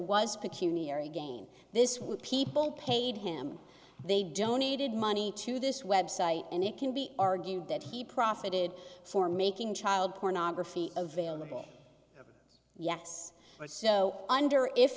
again this would people paid him they donated money to this website and it can be argued that he profited for making child pornography available yes or so under if